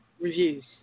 reviews